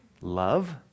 love